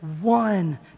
one